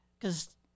Cause